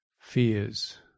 fears